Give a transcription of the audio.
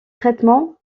traitements